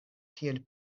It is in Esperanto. tiel